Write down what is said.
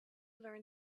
learn